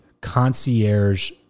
concierge